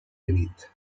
beneath